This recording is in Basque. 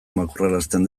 makurrarazten